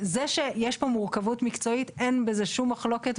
אם אני יודע והייתי אפילו מכניס את זה בחוק,